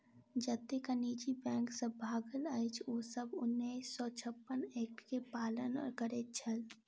जतेक निजी बैंक सब भागल अछि, ओ सब उन्नैस सौ छप्पन एक्ट के पालन करैत छल